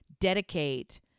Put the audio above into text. dedicate